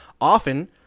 Often